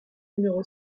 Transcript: numéro